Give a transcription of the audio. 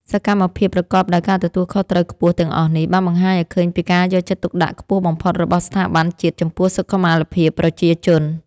សកម្មភាពប្រកបដោយការទទួលខុសត្រូវខ្ពស់ទាំងអស់នេះ បានបង្ហាញឱ្យឃើញពីការយកចិត្តទុកដាក់ខ្ពស់បំផុតរបស់ស្ថាប័នជាតិចំពោះសុខុមាលភាពប្រជាជន។